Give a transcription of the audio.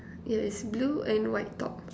yeah it's blue and white top